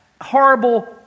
horrible